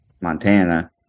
Montana